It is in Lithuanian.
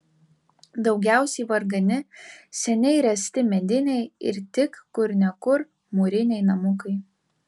daugiausiai vargani seniai ręsti mediniai ir tik kur ne kur mūriniai namukai